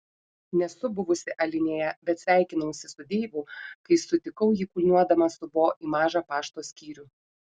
nesu buvusi alinėje bet sveikinausi su deivu kai sutikau jį kulniuodama su bo į mažą pašto skyrių